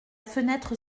fenêtre